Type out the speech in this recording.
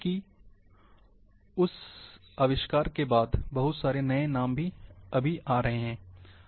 क्योंकि उस आविष्कार के बाद बहुत सारे नए नाम अभी भी आ रहे हैं